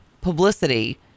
publicity